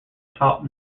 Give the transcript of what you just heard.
taught